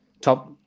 top